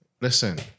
Listen